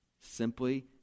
Simply